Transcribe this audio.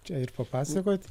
čia ir papasakot